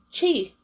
Chi